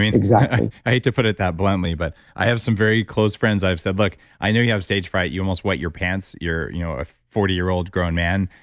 mean, i hate to put it that bluntly, but i have some very close friends. i've said, look, i know you have stage fright, you almost wet your pants. you're you know a forty year old grown man.